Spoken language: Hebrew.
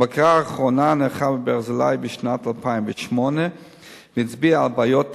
הבקרה האחרונה נערכה ב"ברזילי" בשנת 2008 והצביעה על בעיות תשתיות,